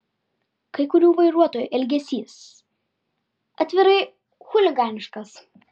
kai kurių vairuotojų elgesys atvirai chuliganiškas